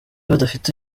badafite